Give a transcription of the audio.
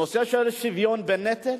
הנושא של השוויון בנטל